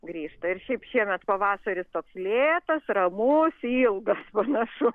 grįžta ir šiaip šiemet pavasaris toks lėtas ramus ilgas panašu